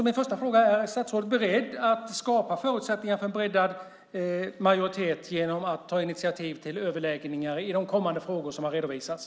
Min första fråga är: Är statsrådet beredd att skapa förutsättningar för en breddad majoritet genom att ta initiativ till överläggningar i de frågor som har redovisats?